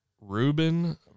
ruben